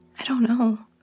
i don't know.